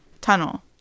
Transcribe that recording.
tunnel